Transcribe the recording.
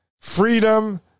Freedom